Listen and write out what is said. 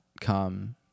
come